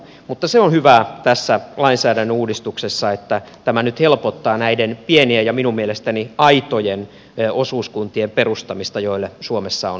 mutta se on hyvää tässä lainsäädännön uudistuksessa että tämä nyt helpottaa näiden pienien ja minun mielestäni aitojen osuuskuntien perustamista joille suomessa on runsaasti tilaa